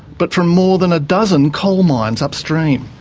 but from more than a dozen coal mines upstream.